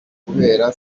guhera